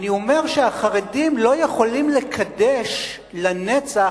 אני אומר שהחרדים לא יכולים לקדש לנצח